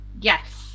Yes